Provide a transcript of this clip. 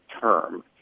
term